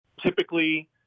Typically